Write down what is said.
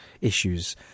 issues